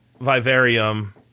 vivarium